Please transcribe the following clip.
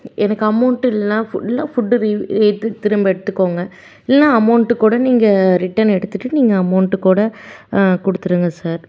எனக்கு அமௌண்ட்டு இல்லைனா ஃபு இல்லைன்னா ஃபுட்டு ரி ரி தி திரும்ப எடுத்துக்கோங்க இல்லைன்னா அமௌண்ட்டு கூட நீங்கள் ரிட்டன் எடுத்துகிட்டு நீங்கள் அமௌண்ட்டு கூட கொடுத்துடுங்க சார்